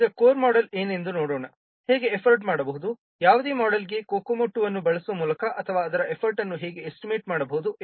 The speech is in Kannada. ಈಗ ಕೋರ್ ಮೋಡೆಲ್ ಏನೆಂದು ನೋಡೋಣ ಹೇಗೆ ಎಫರ್ಟ್ ಮಾಡಬಹುದು ಯಾವುದೇ ಮೋಡೆಲ್ಗೆ COCOMO II ಅನ್ನು ಬಳಸುವ ಮೂಲಕ ಅಥವಾ ಅದರ ಎಫರ್ಟ್ ಅನ್ನು ಹೇಗೆ ಎಸ್ಟಿಮೇಟ್ ಮಾಡಬಹುದು